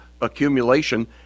accumulation